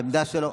העמדה שלו